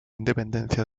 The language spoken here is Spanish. independencia